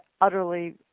utterly